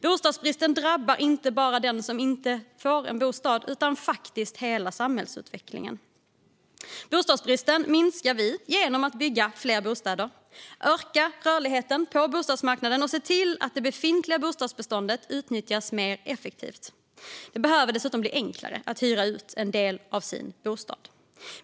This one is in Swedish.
Bostadsbristen drabbar inte bara den som inte får en bostad utan faktiskt hela samhällsutvecklingen. Bostadsbristen minskar vi genom att bygga fler bostäder, öka rörligheten på bostadsmarknaden och se till att det befintliga bostadsbeståndet utnyttjas mer effektivt. Det behöver dessutom bli enklare att hyra ut en del av sin bostad.